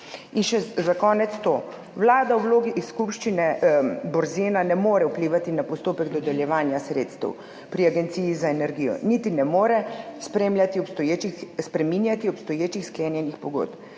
In še za konec to. Vlada v vlogi skupščine Borzena ne more vplivati na postopek dodeljevanja sredstev pri agenciji za energijo, niti ne more spreminjati obstoječih sklenjenih pogodb.